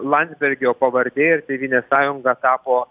landsbergio pavardė ir tėvynės sąjunga tapo